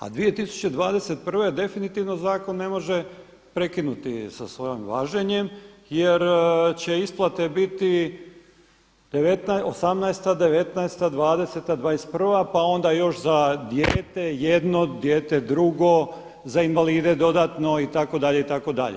A 2021. definitivno zakon ne može prekinuti sa svojim važenjem jer će isplate biti '18., '19., '20., '21. pa onda još za dijete jedno, dijete drugo, za invalide dodatno itd., itd.